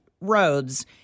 roads